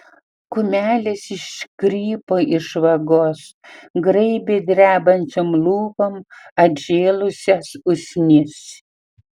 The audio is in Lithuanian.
kumelės iškrypo iš vagos graibė drebančiom lūpom atžėlusias usnis